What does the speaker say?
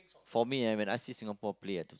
for me eh when I see Singapore play ah